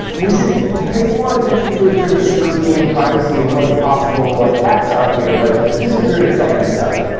we should paste more attention to it in terms of scrutiny and privacy and what the possible like hacks are here, but this is very exciting stuff.